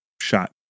shot